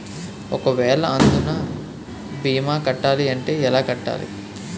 ఒక వేల అందునా భీమా కట్టాలి అంటే ఎలా కట్టాలి?